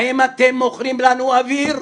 האם אתם מוכרים לנו אוויר?